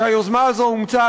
שהיוזמה הזאת אומצה,